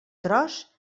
tros